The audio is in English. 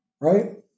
right